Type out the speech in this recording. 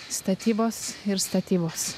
statybos ir statybos